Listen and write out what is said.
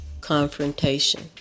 confrontation